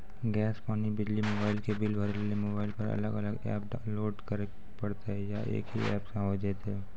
Gas, पानी, बिजली, mobile के बिल भरे लेली मोबाइल पर अलग अलग एप्प लोड करे परतै या एक ही एप्प से होय जेतै?